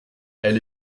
elle